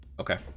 Okay